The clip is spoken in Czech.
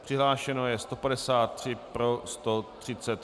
Přihlášeno je 153, pro 138.